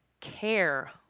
care